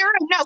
No